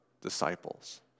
disciples